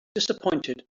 disappointed